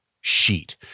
sheet